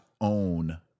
own